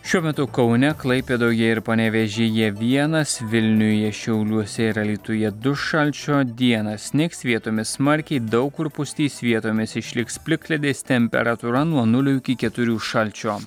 šiuo metu kaune klaipėdoje ir panevėžyje vienas vilniuje šiauliuose ir alytuje du šalčio dieną snigs vietomis smarkiai daug kur pustys vietomis išliks plikledis temperatūra nuo nulio iki keturių šalčio